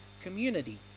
community